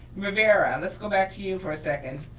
rivera, let's go back to you for a second,